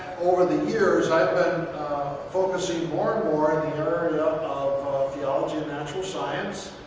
over the years i've been focusing more and more of theology and natural science.